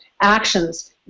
actions